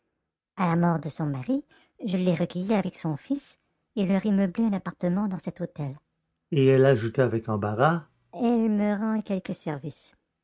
à la mort de son mari je l'ai recueillie avec son fils et leur ai meublé un appartement dans cet hôtel et elle ajouta avec embarras elle me rend quelques services